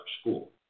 school